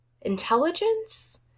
intelligence